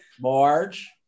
Marge